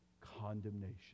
condemnation